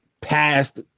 past